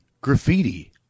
graffiti